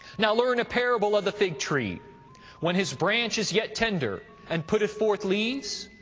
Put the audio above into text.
now learn a parable of the fig tree when his branch is yet tender, and putteth forth leaves,